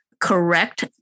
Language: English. correct